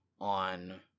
on